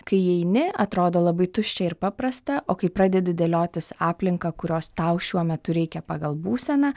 kai įeini atrodo labai tuščia ir paprasta o kai pradedi dėliotis aplinką kurios tau šiuo metu reikia pagal būseną